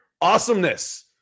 awesomeness